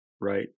right